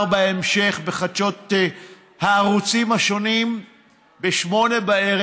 בהמשך בחדשות הערוצים השונים ב-20:00,